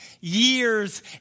years